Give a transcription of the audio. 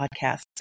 podcast